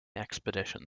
expedition